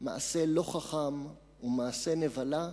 מעשה לא חכם הוא מעשה נבלה.